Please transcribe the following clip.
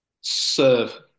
Serve